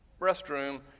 restroom